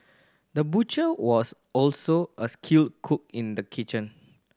the butcher was also a skilled cook in the kitchen